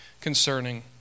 concerning